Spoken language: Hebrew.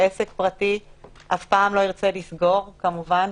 עסק פרטי אף פעם לא ירצה לסגור כמובן,